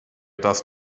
das